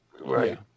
Right